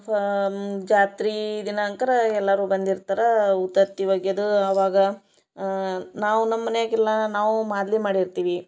ಫಾ ಜಾತ್ರೆ ದಿನಕ್ಕಾರ ಎಲ್ಲರು ಬಂದಿರ್ತಾರೆ ಉತ್ತತ್ತಿ ಒಗ್ಯದು ಆವಾಗ ನಾವು ನಮ್ಮ ಮನ್ಯಾಗೆ ಇಲ್ಲ ನಾವು ಮಾದಲಿ ಮಾಡಿರ್ತೀವಿ